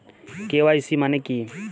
KYC মানে কী?